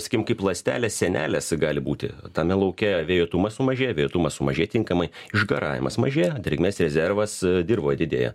sakykim kaip ląstelės sienelės gali būti tame lauke vėjuotumas sumažėja vėjuotumas sumažėja tinkamai išgaravimas mažėja drėgmės rezervas dirvoj didėja